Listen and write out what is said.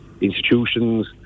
institutions